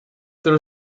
there